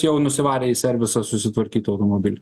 jau nusivarė į servisą susitvarkyt automobilį